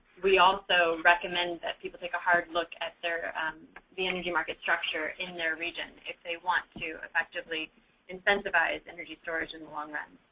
we also recommend that people take a hard look at their the energy market structure in their region if they want to effective incentivize energy storage in the long run.